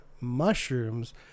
mushrooms